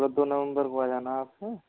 चलो दो नवंबर को आ जाना आप हैं